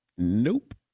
Nope